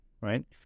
right